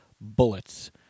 bullets